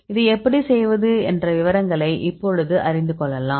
இதை எப்படி செய்வது என்ற விவரங்களை இப்பொழுது அறிந்து கொள்ளலாம்